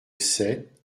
sept